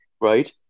right